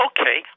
Okay